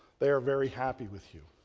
they are very happy with you,